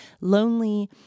lonely